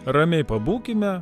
ramiai pabūkime